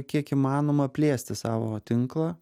kiek įmanoma plėsti savo tinklą